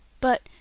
but—